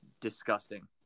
disgusting